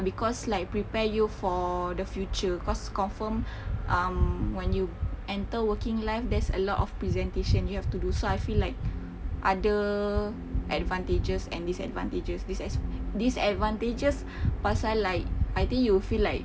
because like prepare you for the future cause confirm um when you enter working life there's a lot of presentation you have to do so I feel like other advantages and disadvantages disa~ disadvantages pasal like I think you will feel like